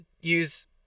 use